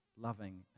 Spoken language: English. loving